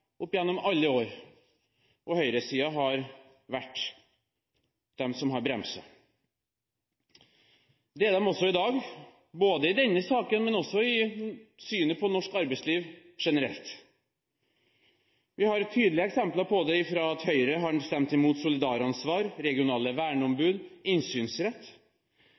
opp gjennom alle år, og høyresiden har vært de som har bremset. Det er de også i dag, ikke bare i denne saken, men også i synet på norsk arbeidsliv generelt. Vi har tydelige eksempler på det fra at Høyre har stemt mot solidaransvar, regionale verneombud og innsynsrett.